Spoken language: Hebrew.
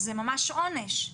זה ממש עונש.